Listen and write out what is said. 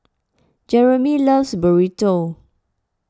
Jeramie loves Burrito